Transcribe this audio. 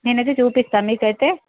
నేను అయితే చూపిస్తాను మీకు అయితే